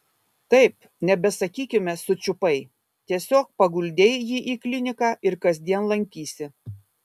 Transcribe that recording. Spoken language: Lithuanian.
taip nebesakykime sučiupai tiesiog paguldei jį į kliniką ir kasdien lankysi